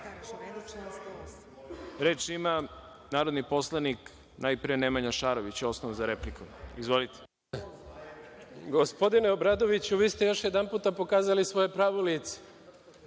ima narodni poslanik, najpre, Nemanja Šarović, osnov za repliku. Izvolite. **Nemanja Šarović** Gospodine Obradoviću, vi ste još jedanput pokazali svoje pravo lice.